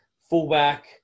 Fullback